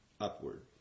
upward